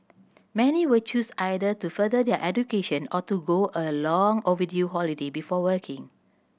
many will choose either to further their education or to go a long overdue holiday before working